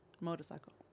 Motorcycle